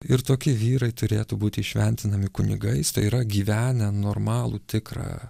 ir tokie vyrai turėtų būti įšventinami kunigais tai yra gyvenę normalų tikrą